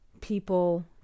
people